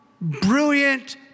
brilliant